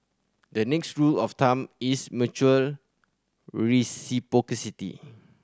the next rule of thumb is mutual reciprocity